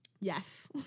Yes